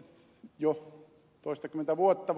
tuo jo toistakymmentä vuotta